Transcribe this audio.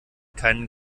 keinen